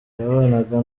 yabanaga